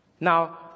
Now